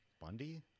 Bundy